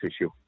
issue